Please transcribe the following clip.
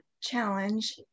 challenge